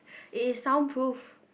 it is some proof